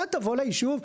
אתה תבוא לישוב.